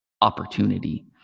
opportunity